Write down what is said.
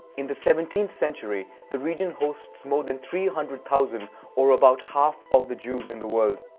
in the seventeenth century, the region hosts more than three hundred thousand or about half of the jews in the world.